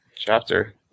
chapter